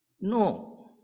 No